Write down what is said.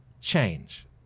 change